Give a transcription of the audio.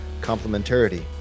complementarity